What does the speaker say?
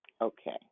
Okay